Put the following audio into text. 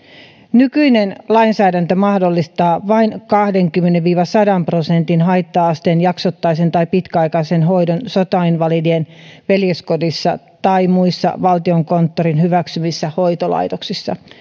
nykyinen lainsäädäntö mahdollistaa vain kahdenkymmenen viiva sadan prosentin haitta asteen jaksottaisen tai pitkäaikaisen hoidon sotainvalidien veljeskodissa tai muissa valtiokonttorin hyväksymissä hoitolaitoksissa